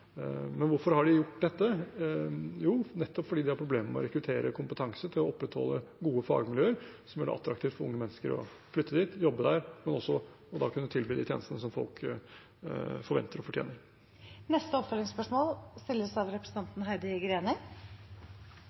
Men hvorfor har de gjort dette? Jo, nettopp fordi de har problemer med å rekruttere kompetanse, til å opprettholde gode fagmiljøer som gjør det attraktivt for unge mennesker å flytte dit og jobbe der, men også for å kunne tilby de tjenestene som folk forventer og fortjener. Heidi Greni – til oppfølgingsspørsmål.